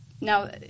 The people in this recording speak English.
Now